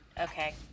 okay